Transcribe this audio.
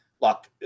look